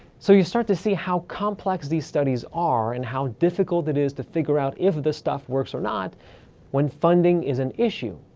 so you start to see how complex these studies are and how difficult it is to figure out if the stuff works or not when funding is an issue.